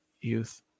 youth